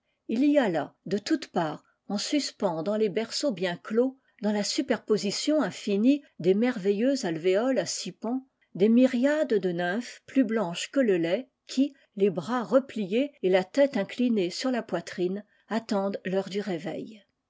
il y a là de toutes parts en suspens dans les berceaux bien clos dans la superposition infinie des merveilleux alvéoles à six pans des myriades de nymphes plus blanches que le lait qui les bras repliés et la tôte inclinée sur la poitrine attendent l'heure du réveil